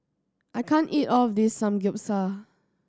I can't eat all of this Samgyeopsal